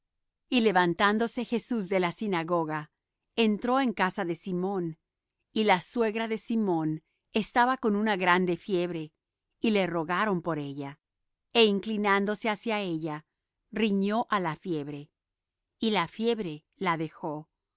y levantándose jesús de la sinagoga entró en casa de simón y la suegra de simón estaba con una grande fiebre y le rogaron por ella e inclinándose hacia ella riñó á la fiebre y la fiebre la dejó